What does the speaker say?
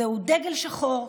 זהו דגל שחור,